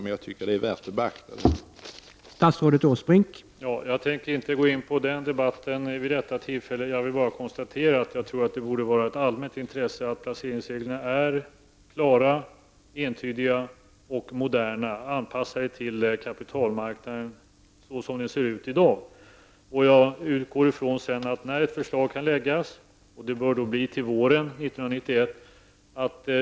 Men jag tycker att det är värt att beakta det som nu har framhållits.